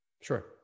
Sure